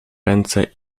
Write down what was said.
ręce